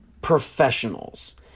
professionals